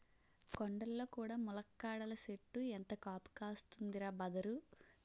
కొండల్లో కూడా ములక్కాడల సెట్టు ఎంత కాపు కాస్తందిరా బదరూ